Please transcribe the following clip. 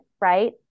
right